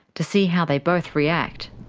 to see how they both react.